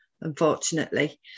unfortunately